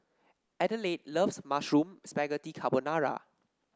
Adelaide loves Mushroom Spaghetti Carbonara